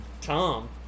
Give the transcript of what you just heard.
Tom